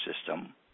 system